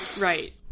Right